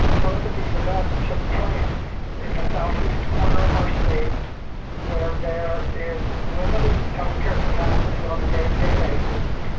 both of these events took place in the southeast corner of our state where there is limited healthcare capacity on a day-to-day basis.